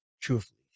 truthfully